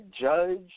judge